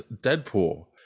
Deadpool